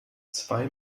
zwei